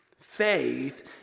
Faith